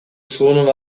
суунун